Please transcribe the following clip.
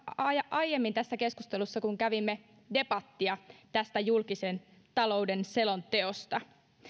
aiemmin tässä keskustelussa kun kävimme debattia tästä julkisen talouden selonteosta